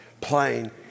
plane